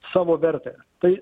savo vertę tai